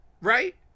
right